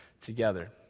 together